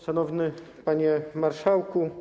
Szanowny Panie Marszałku!